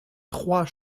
trois